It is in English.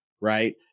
right